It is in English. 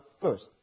first